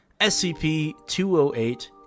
SCP-208